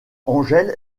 angel